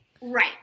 Right